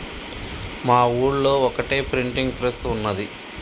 మా ఊళ్లో ఒక్కటే ప్రింటింగ్ ప్రెస్ ఉన్నది